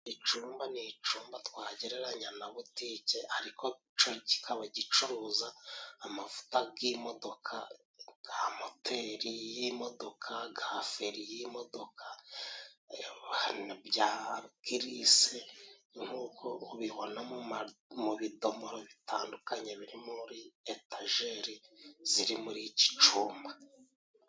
Icumba ni icumba twagereranya na buteke ,ariko co kikaba gicuruza :amavuta g'imodoka ,ga moteri y'imodoka ,ga feri y'imodoka, hari na bya girise ,nkuko ubibona muma mubidomoro bitandukanye biri muri etageri zitandukanye ziri muri iki cumba.